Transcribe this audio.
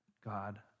God